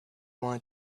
wanted